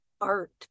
art